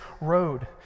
Road